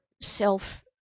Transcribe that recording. self